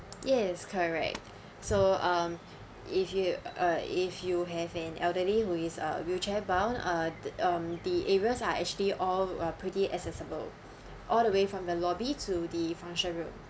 yes correct so um if you uh if you have an elderly who is a wheelchair bound uh um the areas are actually all are pretty accessible all the way from the lobby to the function room